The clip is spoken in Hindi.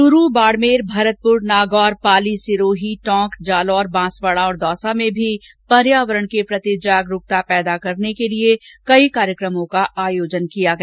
च्रू बाड़मेर भरतपुर नागौरपाली सिरोही टोंक जालौर बांसवाडा और दौसा में भी पर्यावरण के प्रति जागरूकता पैदा करने के लिए कई कार्यक्रमों का आयोजन किया गया